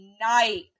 night